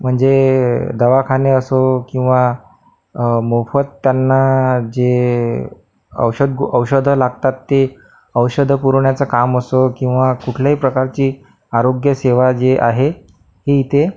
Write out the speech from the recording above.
म्हणजे दवाखाने असो किंवा मोफत त्यांना जे औषध औषधं लागतात ते औषधं पुरवण्याचं काम असो किंवा कुठल्याही प्रकारची आरोग्यसेवा जी आहे ही इथे